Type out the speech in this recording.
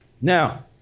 Now